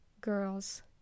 girls